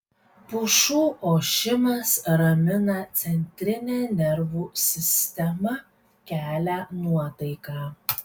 pušų ošimas ramina centrinę nervų sistemą kelia nuotaiką